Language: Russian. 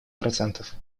процентов